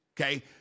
Okay